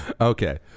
Okay